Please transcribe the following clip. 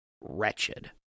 wretched